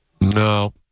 No